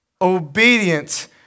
Obedient